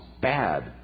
bad